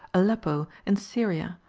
aleppo, and syria,